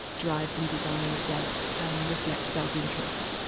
drives and desires that um reflect self-interest,